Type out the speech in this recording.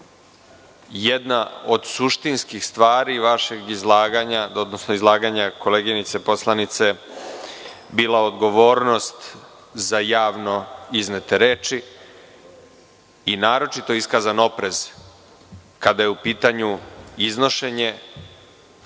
jedna od suštinskih stvari vašeg izlaganja, odnosno izlaganja koleginice poslanice, bila odgovornost za javno iznete reči i naročito iskazan oprez kada je u pitanju iznošenje